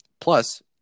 plus